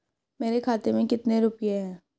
मेरे खाते में कितने रुपये हैं?